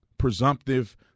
presumptive